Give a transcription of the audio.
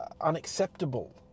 unacceptable